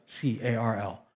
C-A-R-L